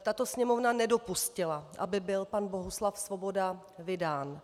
tato Sněmovna nedopustila, aby byl pan Bohuslav Svoboda vydán.